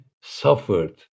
suffered